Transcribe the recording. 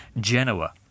Genoa